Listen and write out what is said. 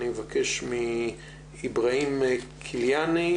ואני מבקש מאיבראהים כילאני,